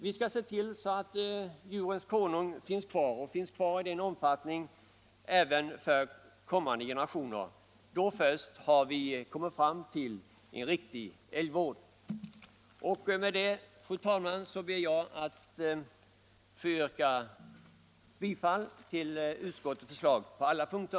Vi skall se till att djurens konung finns kvar i nuvarande omfattning, till gagn för kommande generationer. Ja, det finns områden i vårt land där vi vill öka stammen. Då först har vi kommit fram till en riktig älgvård. Med det anförda, fru talman, ber jag att få yrka bifall till utskottets hemställan på alla punkter.